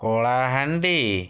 Kalahandi